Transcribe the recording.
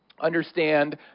understand